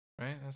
right